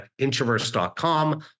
introverse.com